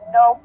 no